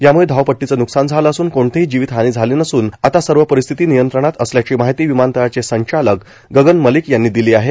यामुळं धावपट्टीचं न्कसान झालं असून कोणतीही जीवित हानी झाली नसून आता सर्व परिस्थिती नियंत्रणात असल्याची माहिती विमानतळाचे संचालक गगन मलिक यांनी दिली आहे